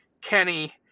Kenny